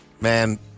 Man